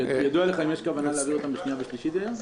ידוע לך אם יש כוונה להביא אותן בשנייה ושלישית היום?